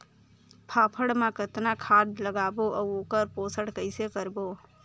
फाफण मा कतना खाद लगाबो अउ ओकर पोषण कइसे करबो?